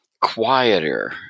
quieter